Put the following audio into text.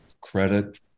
credit